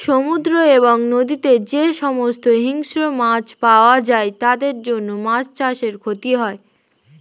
সমুদ্র এবং নদীতে যে সমস্ত হিংস্র মাছ পাওয়া যায় তাদের জন্য মাছ চাষে ক্ষতি হয়